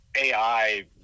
AI